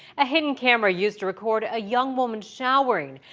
a hidden camera used to record a young woman showering.